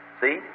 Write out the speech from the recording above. see